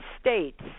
states